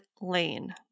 lane